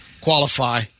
qualify